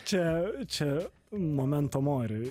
čia čia momento mori